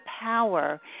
power